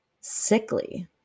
sickly